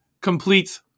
Completes